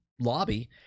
lobby